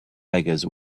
beggars